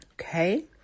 Okay